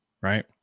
right